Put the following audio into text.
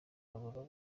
w’amaguru